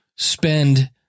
spend